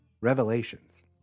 Revelations